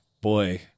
boy